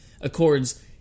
Accords